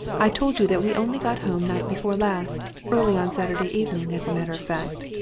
i told you that we only got home night before last early on saturday evening, as a matter of fact.